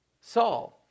Saul